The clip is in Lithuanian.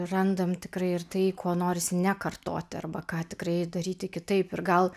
randam tikrai ir tai ko norisi ne kartoti arba ką tikrai daryti kitaip ir gal